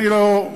אני לא,